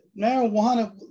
marijuana